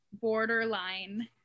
borderline